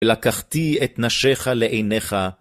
לקחתי את נשיך לעיניך.